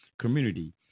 community